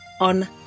on